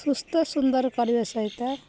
ସୁସ୍ଥ ସୁନ୍ଦର କରିବା ସହିତ